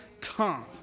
tongue